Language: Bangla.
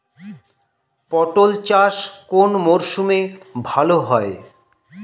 পটল চাষ কোন মরশুমে ভাল হয়?